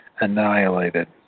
annihilated